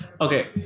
Okay